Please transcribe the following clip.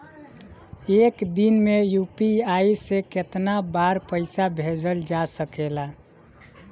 एक दिन में यू.पी.आई से केतना बार पइसा भेजल जा सकेला?